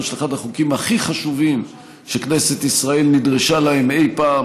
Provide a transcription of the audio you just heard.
של אחד החוקים הכי חשובים שכנסת ישראל נדרשה להם אי פעם,